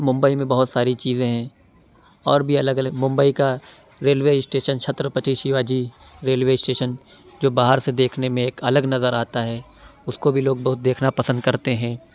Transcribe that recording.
ممبئی میں بہت ساری چیزیں ہیں اور بھی الگ الگ ممبئی کا railway station Chhatrapati Shivaji railway station جو باہر سے دیکھنے میں ایک الگ نظر آتا ہے اس کو بھی لوگ بہت دیکھنا پسند کرتے ہیں